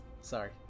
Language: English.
Sorry